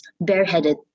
bareheaded